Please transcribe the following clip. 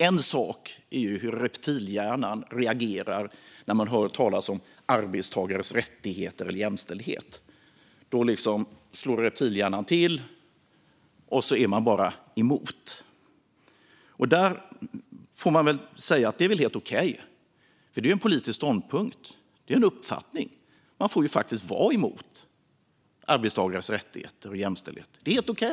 En sak är hur reptilhjärnan reagerar när man hör talas om arbetstagares rättigheter eller jämställdhet. Då slår reptilhjärnan till, och man är bara emot. Det är väl helt okej. Det är en politisk ståndpunkt, en uppfattning. Man får faktiskt vara emot arbetstagares rättigheter och jämställdhet.